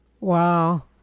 Wow